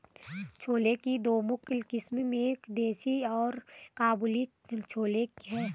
छोले की दो मुख्य किस्में है, देसी और काबुली छोले हैं